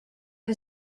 who